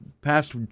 past